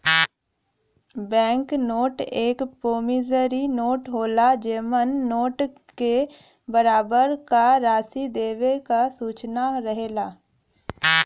bank note एक promissory note होला जेमन नोट क बराबर क राशि देवे क सूचना रहेला